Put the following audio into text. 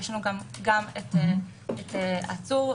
יש העצור,